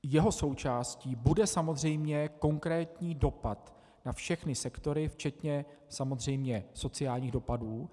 Jeho součástí bude samozřejmě konkrétní dopad na všechny sektory, včetně sociálních dopadů.